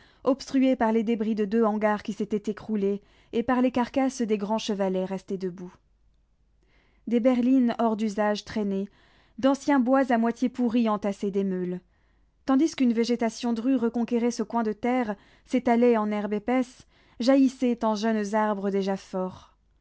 obstrué par les débris de deux hangars qui s'étaient écroulés et par les carcasses des grands chevalets restés debout des berlines hors d'usage traînaient d'anciens bois à moitié pourris entassaient des meules tandis qu'une végétation drue reconquérait ce coin de terre s'étalait en herbe épaisse jaillissait en jeunes arbres déjà forts